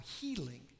healing